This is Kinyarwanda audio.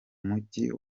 mujyi